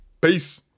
Peace